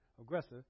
Aggressive